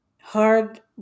hard